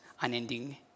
unending